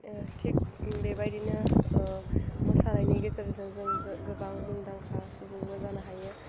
थिग बेबायदिनो मोसानायनि गेजेरजों जों गोबां मुंदांखा सुबुंबो जानो हायो